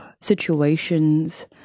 situations